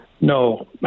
No